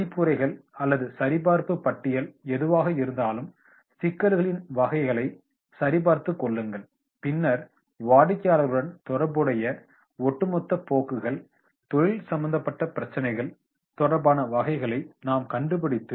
மதிப்புரைகள் அல்லது சரிபார்ப்பு பட்டியல் எதுவாக இருந்தாலும் சிக்கல்களின் வகைகளை சரிபார்த்துக் கொள்ளுங்கள் பின்னர் வாடிக்கையாளர்களுடன் தொடர்புடைய ஒட்டுமொத்த போக்குகள் தொழில் சம்பந்தப்பட்ட பிரச்சினைகள் தொடர்பான வகைகளை நாம் கண்டுபிடித்து